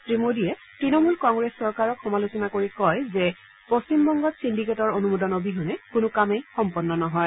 শ্ৰীমোডীয়ে তৃণমূল কংগ্ৰেছ্ চৰকাৰক সমালোচনা কৰি কয় যে পশ্চিমবংগত চিণ্ডিকেটৰ অনুমোদন অবিহনে কোনো কামেই সম্পন্ন নহয়